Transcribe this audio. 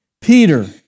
Peter